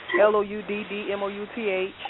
L-O-U-D-D-M-O-U-T-H